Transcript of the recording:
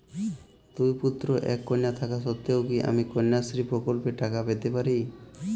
দুই পুত্র এক কন্যা থাকা সত্ত্বেও কি আমি কন্যাশ্রী প্রকল্পে টাকা পেতে পারি?